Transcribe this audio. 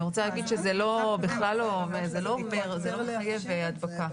אני רוצה להגיד שזה לא מחייב הדבקה.